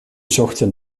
zochten